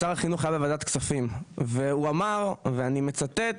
שר החינוך היה בוועדת כספים והוא אמר ואני מצטט,